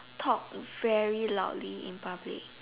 talk very loudly in public